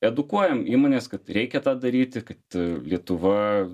edukuojam įmonės kad reikia tą daryti kad lietuva